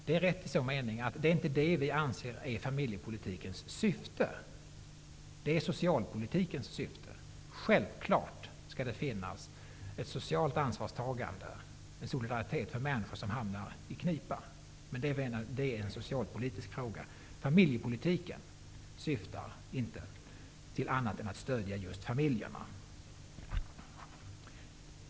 Det är rätt i så mening att vi inte anser att det är familjepolitikens syfte. Det är socialpolitikens syfte. Det skall självfallet finnas ett socialt ansvarstagande och en solidaritet med människor som hamnar i knipa. Det är en socialpolitisk fråga. Familjepolitiken syftar inte till annat än att stödja familjerna.